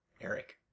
Eric